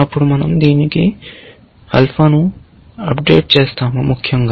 అప్పుడు మనం దీనికి ఆల్ఫాను అప్డేట్ చేస్తాము ముఖ్యంగా